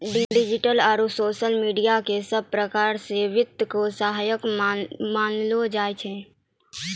digital आरू social media क सब प्रकार स वित्त के सहायक मानलो जाय छै